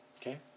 Okay